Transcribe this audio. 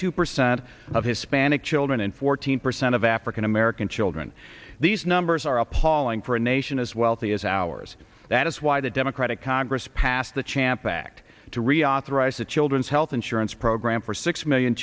two percent of hispanic children and fourteen percent of african american children these numbers are appalling for a nation as wealthy as ours that is why the democratic congress passed the champ act to reauthorize the children's health insurance program for six million